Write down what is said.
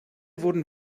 wurden